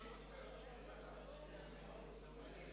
אלי,